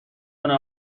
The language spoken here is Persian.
کنه